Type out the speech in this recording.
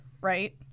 right